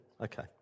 Okay